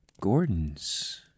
Gordon's